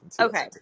okay